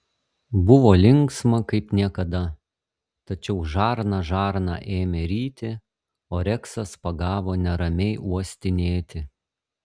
buvo linksma kaip niekada tačiau žarna žarną ėmė ryti o reksas pagavo neramiai uostinėti